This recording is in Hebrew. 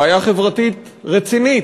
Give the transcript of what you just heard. בעיה חברתית רצינית.